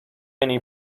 any